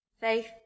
faith